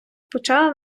почала